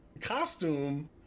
costume